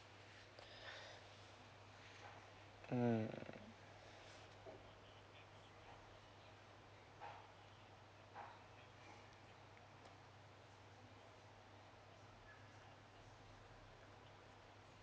mm